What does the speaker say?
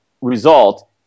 result